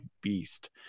beast